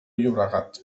llobregat